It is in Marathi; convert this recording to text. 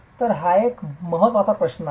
तर हा एक महत्त्वाचा प्रश्न आहे